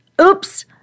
Oops